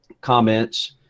comments